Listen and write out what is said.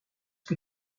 que